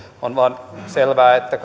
on vain selvää että